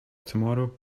tomorrow